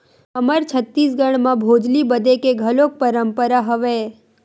हमर छत्तीसगढ़ म भोजली बदे के घलोक परंपरा हवय